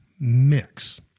mix